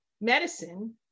medicine